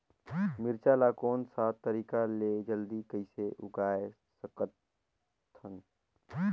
मिरचा ला कोन सा तरीका ले जल्दी कइसे उगाय सकथन?